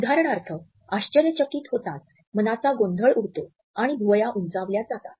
उदाहरणार्थ आश्चर्यचकित होताच मनाचा गोंधळ उडतो आणि भुवया उंचावल्या जातात